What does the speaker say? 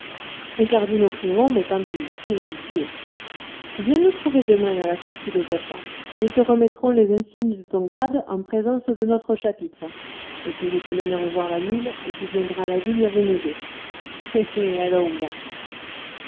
mes cardinaux crieront mais tant pis j'y suis habitué viens nous trouver demain à la sortie de vêpres nous te remettrons les insignes de ton grade en présence de notre chapitre et puis je te mènerai voir la mule et tu viendras à la vigne avec nous deux hé hé allons va